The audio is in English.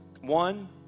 One